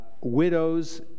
Widows